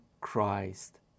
Christ